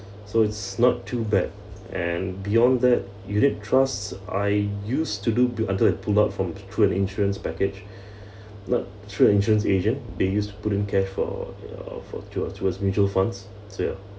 so it's not too bad and beyond that unit trust I used to do build until I pulled out from through an insurance package led through an insurance agent they used couldn't care for uh for towards towards mutual funds ya